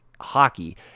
hockey